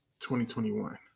2021